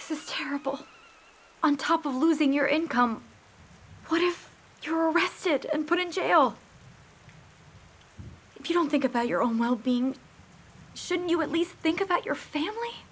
this is terrible on top of losing your income what if you're arrested and put in jail if you don't think about your own well being shouldn't you at least think about your family